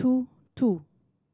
two two